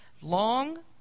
long